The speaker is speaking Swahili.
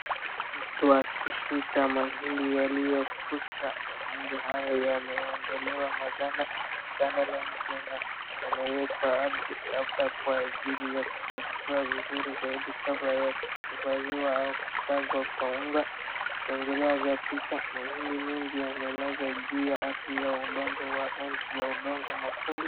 Matu wakishika mahindi yaliyo kaushwa. Mahindi haya yameondolewa maganda kanda la nje na yamewekwa ardhini, labda kwa ajili ya kukawashwa vizuri zaidi kabla ya kuhifadhiwa au kusagwa kwa unga. Vipengele ya picha, mahindi mengi yamelazwa juu ya ardhi ya udongo wa rangi ya udongo mkakundi.